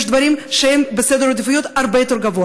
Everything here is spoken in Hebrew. יש דברים שהם במקום הרבה יותר גבוה